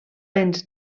ens